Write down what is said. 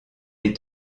est